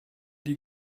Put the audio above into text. die